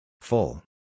Full